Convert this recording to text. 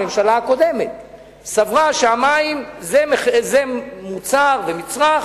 הממשלה הקודמת סברה שהמים הם מוצר ומצרך